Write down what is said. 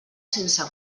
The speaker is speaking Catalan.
sense